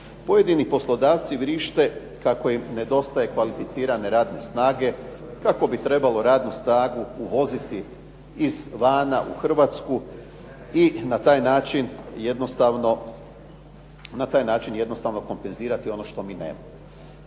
Pojedini poslodavci vrište kako im nedostaje kvalificirane radne snage, kako bi trebalo radnu snagu uvoziti izvana u Hrvatsku i na taj način jednostavno kompenzirati ono što mi nemamo.